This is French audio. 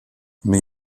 mais